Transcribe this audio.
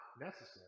necessary